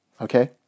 Okay